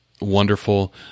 wonderful